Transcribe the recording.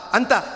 Anta